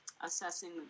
assessing